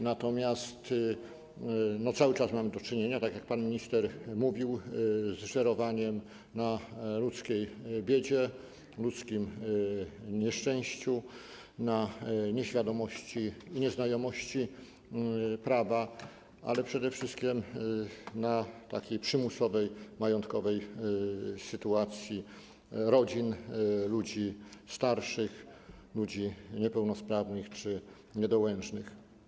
Natomiast cały czas mamy do czynienia - tak jak pan minister mówił - z żerowaniem na ludzkiej biedzie, ludzkim nieszczęściu, na nieświadomości i nieznajomości prawa, ale przede wszystkim na przymusowej majątkowej sytuacji rodzin, ludzi starszych, ludzi niepełnosprawnych czy niedołężnych.